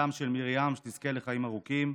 בתם של מרים, שתזכה לחיים ארוכים,